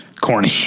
corny